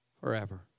forever